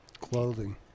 Clothing